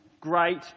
great